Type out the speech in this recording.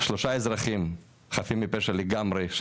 שלושה אזרחים חפים מפשע לגמרי,